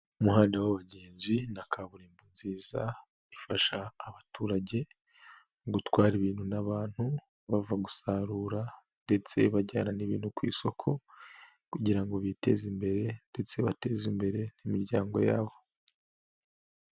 Umuhanda w'abagenzi na kaburimbo nziza ifasha abaturage gutwara ibintu n'abantu bava gusarura ndetse bajyana n'intu ku isoko kugira ngo biteze imbere ndetse bateze imbere n'imiryango yabo.